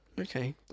okay